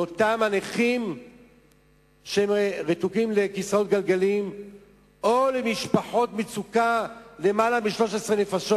לאותם נכים שרתוקים לכיסא גלגלים או למשפחות מצוקה עם יותר מ-13 נפשות?